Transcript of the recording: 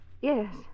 Yes